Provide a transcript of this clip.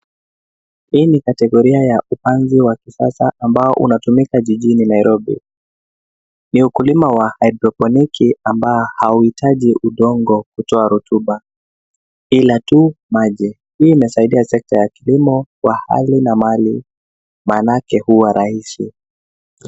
Hii ni kategoria ya upanzi wa kisasa ambao unatumika jijini Nairobi. Ni ukulima wa haidroponiki ambao hauhitaji udongo kutoa rutuba ila tu maji. Hii imesaidia sekta ya kilimo kwa hali na mali maanake huwa rahisi.